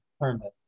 permit